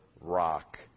rock